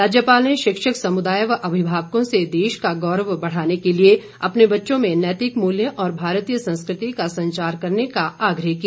राज्यपाल ने शिक्षक समुदाय व अभिमावकों से देश का गौरव बढ़ाने के लिए अपने बच्चों में नैतिक मूल्य और भारतीय संस्कृति का संचार करने का आग्रह किया